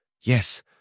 Yes